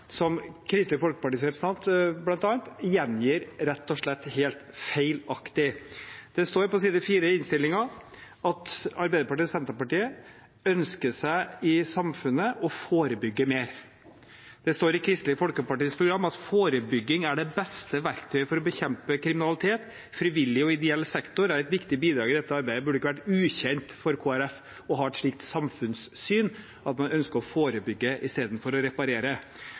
som bl.a. Kristelig Folkepartis representant rett og slett gjengir helt feilaktig. Det står på side 4 i innstillingen at Arbeiderpartiet og Senterpartiet ønsker å forebygge mer i samfunnet. I Kristelig Folkepartis program står det: «Forebygging er det beste verktøyet for å bekjempe kriminalitet.» Og videre: «Frivillig og ideell sektor er et viktig bidrag inn i dette arbeidet.» Det burde ikke være ukjent for Kristelig Folkeparti å ha et slikt samfunnssyn at man ønsker å forebygge istedenfor å reparere.